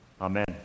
Amen